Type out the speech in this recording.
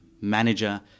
manager